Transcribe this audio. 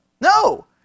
No